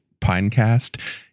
Pinecast